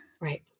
Right